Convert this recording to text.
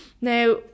now